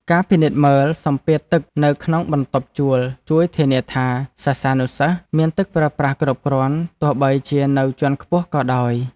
ការពិនិត្យមើលសម្ពាធទឹកនៅក្នុងបន្ទប់ជួលជួយធានាថា សិស្សានុសិស្សមានទឹកប្រើប្រាស់គ្រប់គ្រាន់ទោះបីជានៅជាន់ខ្ពស់ក៏ដោយ។